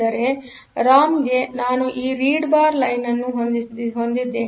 ಆದ್ದರಿಂದ ರಾಮ್ಗೆನಾನು ಆ ರೀಡ್ ಬಾರ್ ಲೈನ್ ಅನ್ನು ಹೊಂದಿದ್ದೇನೆ